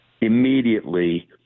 Immediately